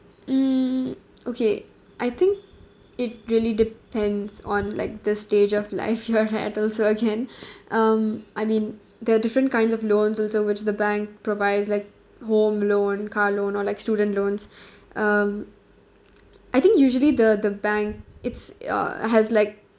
mm okay I think it really depends on like the stage of life you've had also again um I mean there're different kinds of loan also which the bank provides like home loan car loan or like student loans um I think usually the the bank it's uh has like